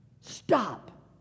stop